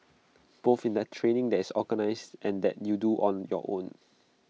both in the training that is organised and that you do on your own